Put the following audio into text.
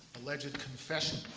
alleged confessions.